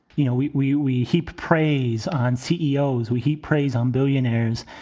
you know, we we we heap praise on ceos. we heap praise on billionaires.